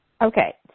Okay